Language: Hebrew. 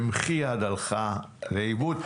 במחי יד הלכה לאיבוד.